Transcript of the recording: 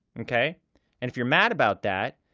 okay? and if you're mad about that,